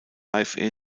drive